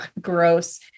gross